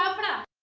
but